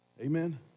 Amen